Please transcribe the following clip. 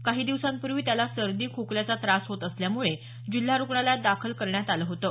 काही दिवसांपूर्वी त्याला सर्दी खोकल्याचा त्रास होत असल्यामुळे जिल्हा रुग्णालयात दाखल करण्यात आलं होतं